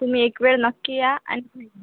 तुम्ही एकवेळ नक्की या आणि